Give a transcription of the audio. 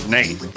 Nate